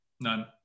none